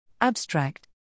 Abstract